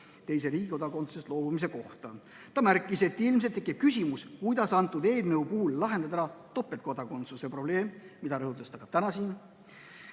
teise riigi kodakondsusest loobumise kohta. Ta märkis, et ilmselt tekib küsimus, kuidas selle eelnõu puhul lahendada ära topeltkodakondsuse probleem, seda ta rõhutas ka täna siin.